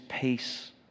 peace